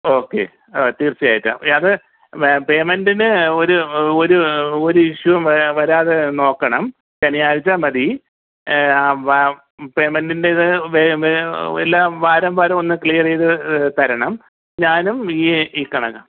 okay തീർച്ചയായിട്ടും അത് പെയ്മെൻറ്റിന് ഒരു ഒരു ഒരു ഇഷ്യൂവും വരാതെ വരാതെ നോക്കണം ശനിയാഴ്ച മതി പ പെയ്മെൻറ്റിൻ്റെ ഇത് വേ വേ എല്ലാ വാരം വാരം ഒന്ന് ക്ലിയർ ചെയ്ത് തരണം ഞാനും ഈ ഈ കണക്കാ